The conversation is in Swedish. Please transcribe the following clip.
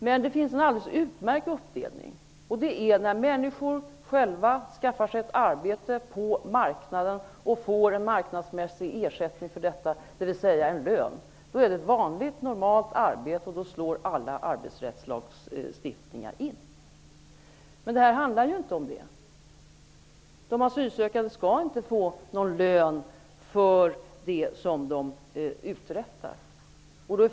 Men det finns en alldeles utmärkt uppdelning: När människor själva skaffar sig ett arbete på marknaden och får marknadsmässig ersättning för detta, d.v.s. en lön, då är det ett vanligt, normalt arbete och då träder all arbetsmarknadslagstiftning in. Här handlar det inte om detta. De asylsökande skall inte få någon lön för det de uträttar.